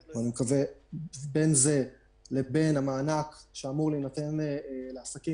בין זה לבין המענק שאמור להינתן לעסקים